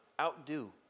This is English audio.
Outdo